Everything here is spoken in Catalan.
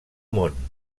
món